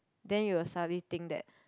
then you will suddenly think that